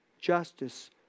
justice